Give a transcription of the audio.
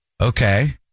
Okay